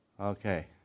Okay